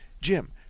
Jim